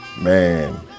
Man